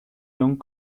langue